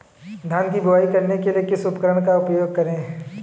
धान की बुवाई करने के लिए किस उपकरण का उपयोग करें?